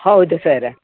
ಹೌದು ಸರ್